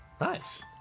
Nice